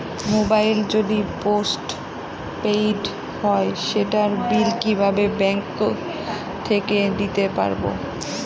Mobile যদি postpaid হয় সেটার বিল কিভাবে ব্যাংক থেকে দিতে পারব?